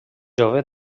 jove